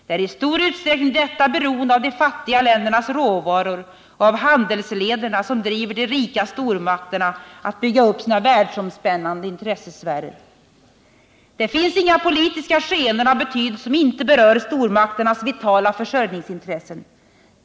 Det är i stor utsträckning detta beroende av de fattiga ländernas råvaror och av handelslederna som driver de rika stormakterna att bygga upp sina världsomspännande intressesfärer. Det finns inga politiska skeenden av betydelse som inte berör stormakternas vitala försörjningsintressen.